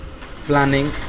planning